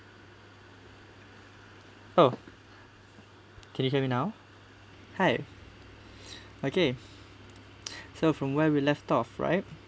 oh can you hear me now hi okay so from where we left off right